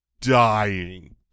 dying